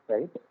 Right